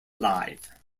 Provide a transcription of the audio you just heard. live